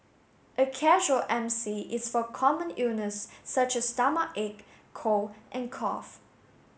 a casual M C is for common illness such as stomachache cold and cough